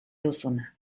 duzuna